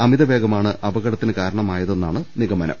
അമിതവേഗമാണ് അപകട ത്തിന് കാരണമായതെന്നാണ് നിഗമനം